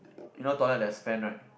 you know toilet there's fan right